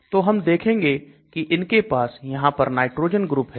तो हम देखेंगे कि इनके पास यहां पर नाइट्रोजन ग्रुप है